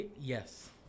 Yes